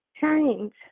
change